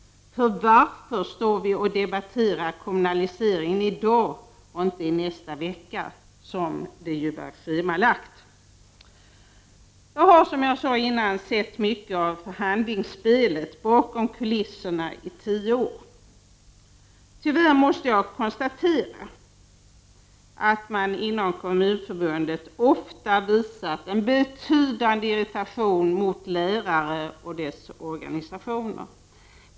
Varför debatterar vi kommunaliseringen i dag och inte i nästa vecka, som det var schemalagt? Jag har, som jag sade innan, sett mycket av förhandlingsspelet bakom kulisserna under tio år. Tyvärr måste jag konstatera att man inom Kommunförbundet ofta har visat en betydande irritation mot lärare och deras organisationer.